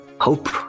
hope